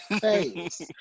face